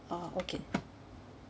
oh okay